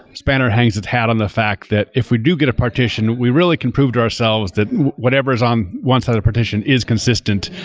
spanner hangs its hat on the fact that if we do get a partition, we really can prove to ourselves that whatever is on one side of the partition is consistent.